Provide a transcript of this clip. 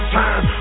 time